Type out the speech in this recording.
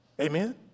Amen